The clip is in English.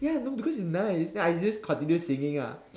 ya no because it's nice then I just continue singing ah